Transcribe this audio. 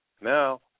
Now